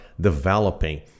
developing